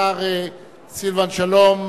השר סילבן שלום,